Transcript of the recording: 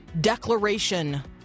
declaration